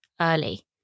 early